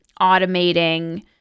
automating